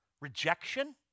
Rejection